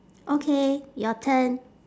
okay your turn